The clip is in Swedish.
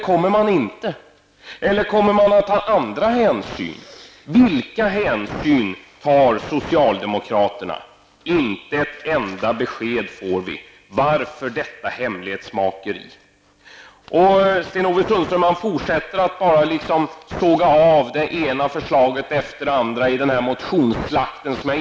Kommer man att ta andra hänsyn? Vilka hänsyn tar socialdemokraterna? Vi får inte ett enda besked. Varför är det ett sådant hemlighetsmakeri? Sten-Ove Sundström bara sågar av det ena förslaget efter det andra i den här motionsslakten.